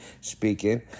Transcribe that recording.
speaking